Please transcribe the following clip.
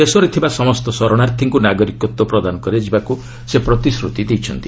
ଦେଶରେଥିବା ସମସ୍ତ ଶରଣାର୍ଥୀଙ୍କୁ ନାଗରିକତ୍ୱ ପ୍ରଦାନ କରାଯିବାକୁ ସେ ପ୍ରତିଶ୍ରୁତି ଦେଇଛନ୍ତି